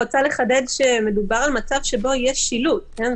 אני רוצה לחדד שמדובר על מצב שיש שילוט שאסור לדרוך.